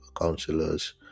counselors